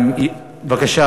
בבקשה,